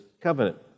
covenant